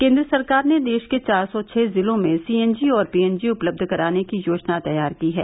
केन्द्र सरकार ने देश के चार सौ छह जिलों में सीएनजी और पीएनजी उपलब्ध कराने की योजना तैयार की है